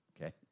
okay